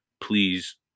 please